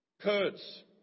Kurds